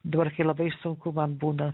dabar kai labai sunku man būna